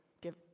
give